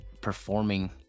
performing